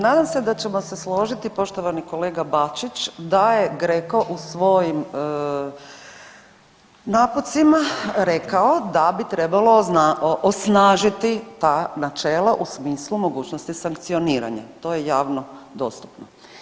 Nadam se da ćemo se složiti poštovani kolega Bačić da je GRECO u svojim naputcima rekao da bi trebalo osnažiti ta načela u smislu mogućnosti sankcioniranja, to je javno dostupno.